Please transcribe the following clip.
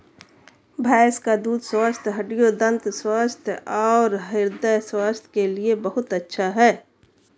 भैंस का दूध स्वस्थ हड्डियों, दंत स्वास्थ्य और हृदय स्वास्थ्य के लिए बहुत अच्छा है